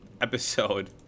Episode